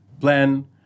plan